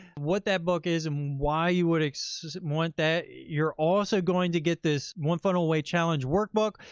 what that book is and why you would want that. you're also going to get this, one funnel away challenge workbook,